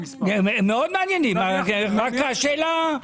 אבל השאלה למה זה קורה.